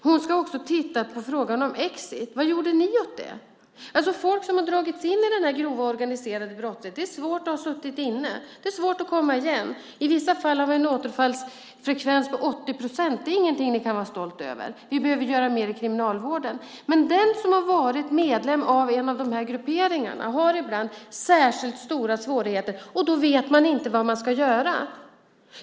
Hon ska också titta på frågan om exit. Vad gjorde ni åt det? Folk som har dragits in i den grova organiserade brottsligheten har det svårt. Det är svårt att komma igen efter att ha suttit inne. I vissa fall är återfallsfrekvensen 80 procent. Det är ingenting som ni kan vara stolta över. Vi behöver göra mer i kriminalvården. Den som har varit medlem i en av grupperingarna har ibland särskilt stora svårigheter, och då vet man inte vad man ska göra.